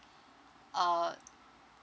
uh